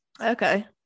okay